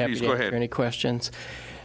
have you had any questions